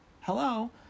hello